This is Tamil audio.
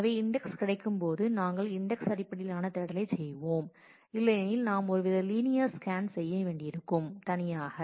எனவே இண்டெக்ஸ் கிடைக்கும்போது நாம் இண்டெக்ஸ் அடிப்படையிலான தேடலைச் செய்வோம் இல்லையெனில் நாம் ஒருவித லீனியர் ஸ்கேன் செய்ய வேண்டியிருக்கும் தனியாக